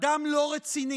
אדם לא רציני,